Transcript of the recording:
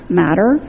matter